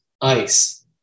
ice